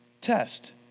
test